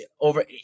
over